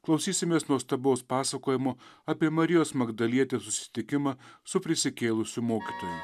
klausysimės nuostabaus pasakojimo apie marijos magdalietės susitikimą su prisikėlusiu mokytoju